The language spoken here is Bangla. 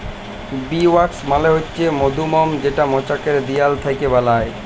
বী ওয়াক্স মালে হছে মধুমম যেটা মচাকের দিয়াল থ্যাইকে বালাল হ্যয়